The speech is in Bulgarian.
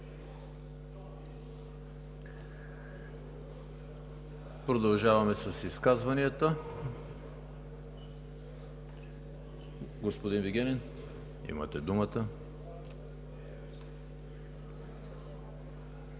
Продължаваме с изказванията. Господин Вигенин, имате думата.